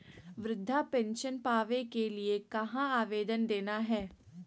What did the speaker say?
वृद्धा पेंसन पावे के लिए कहा आवेदन देना है?